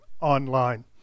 online